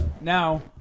now